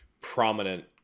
prominent